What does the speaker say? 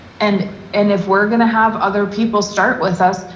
and and if we're gonna have other people start with us,